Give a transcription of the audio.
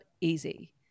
easy